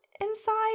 inside